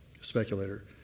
speculator